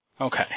Okay